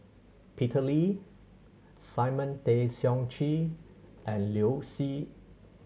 Peter Lee Simon Tay Seong Chee and Liu Si